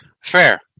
Fair